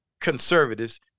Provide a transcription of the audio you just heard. conservatives